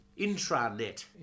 Intranet